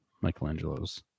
Michelangelo's